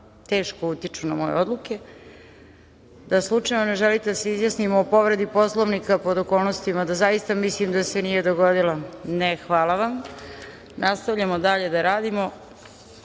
teško utiču na moje odluke. Da slučajno ne želite da se izjasnimo o povredi Poslovnika pod okolnostima da zaista mislim da se nije dogodilo? (Ne)Hvala vam. Nastavljamo dalje da radimo,